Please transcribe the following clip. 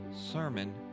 sermon